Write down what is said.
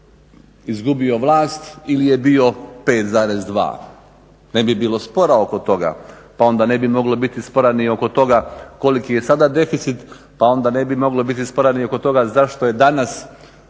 izgubio vlast ili je bio 5,2. Ne bi bilo spora oko toga pa onda ne bi moglo biti spora ni oko toga koliki je sada deficit, pa onda ne bi moglo biti spora ni oko toga zašto je danas